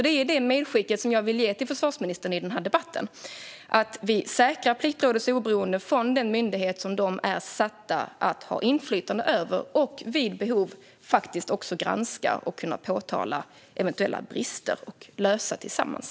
Det är detta medskick som jag vill göra till försvarsministern i denna debatt, alltså att vi säkrar Pliktrådets oberoende från den myndighet som de är satta att ha inflytande över och vid behov faktiskt också ska kunna granska och påtala eventuella brister och lösa dem tillsammans.